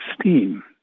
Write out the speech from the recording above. steam